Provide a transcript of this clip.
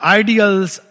ideals